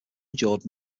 endured